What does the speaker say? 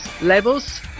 levels